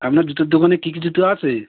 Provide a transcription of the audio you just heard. আপনার জুতোর দোকানে কি কি জুতো আছে